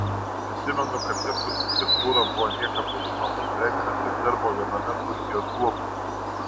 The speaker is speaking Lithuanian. prisimenu kad kęstutis kemzūra buvo niekam nežinomas treneris ir dirbo viename turkijos klubų